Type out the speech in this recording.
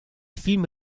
film